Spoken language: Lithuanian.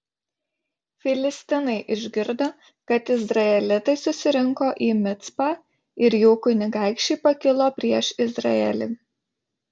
filistinai išgirdo kad izraelitai susirinko į micpą ir jų kunigaikščiai pakilo prieš izraelį